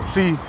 See